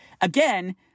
Again